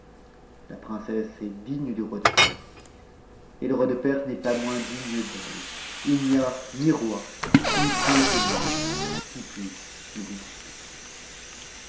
la princesse est digne du roi de perse et le roi de perse h es pas moins digne d'elle h n'y a ni roi ni prince au monde qui puisse le tu disputer